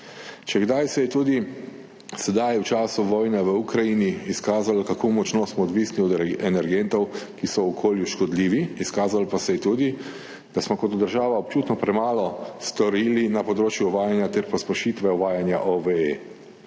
Če kdaj, se je tudi sedaj v času vojne v Ukrajini izkazalo, kako močno smo odvisni od energentov, ki so okolju škodljivi, izkazalo pa se je tudi, da smo kot država občutno premalo storili na področju uvajanja ter pospešitve uvajanja OVE.